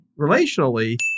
relationally